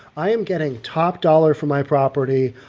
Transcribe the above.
i am getting top dollar for my property.